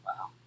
Wow